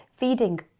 Feeding